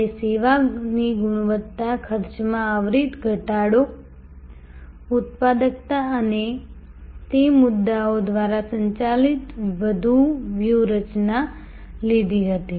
અમે સેવાની ગુણવત્તા ખર્ચમાં અવિરત ઘટાડો ઉત્પાદકતા અને તે મુદ્દાઓ દ્વારા સંચાલિત વધુ વ્યૂહરચના લીધી હતી